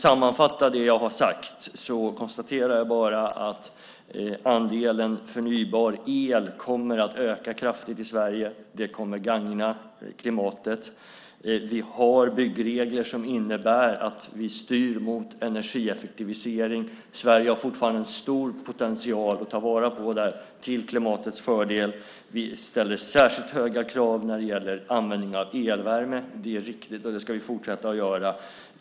Sammanfattningsvis konstaterar jag att andelen förnybar el kommer att öka kraftigt i Sverige. Det kommer att gagna klimatet. Vi har byggregler som innebär att vi styr mot energieffektivisering. Sverige har fortfarande en stor potential att ta vara på till klimatets fördel. Vi ställer särskilt höga krav när det gäller användningen av elvärme. Det är riktigt; det ska vi fortsätta att göra.